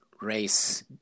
race